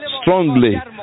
strongly